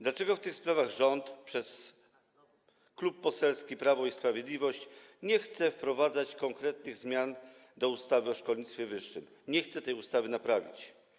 Dlaczego w tych sprawach rząd przez Klub Parlamentarny Prawo i Sprawiedliwość nie chce wprowadzać konkretnych zmian w ustawie o szkolnictwie wyższym, nie chce tej ustawy naprawić?